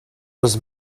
was